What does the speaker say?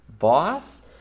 boss